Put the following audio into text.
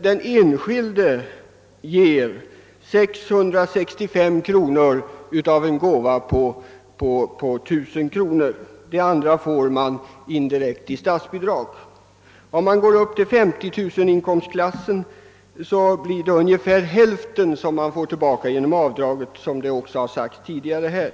den enskilde får vidkännas, om han get en gåva på 1000 kronor, 665 kronor Besten får han indirekt i statsbidrag. För den som har en inkomst på 50 000 kronor blir det ungefär hälften som han får tillbaka genom avdraget, såsom också har sagts tidigare här.